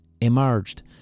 emerged